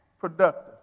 productive